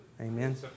Amen